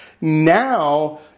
Now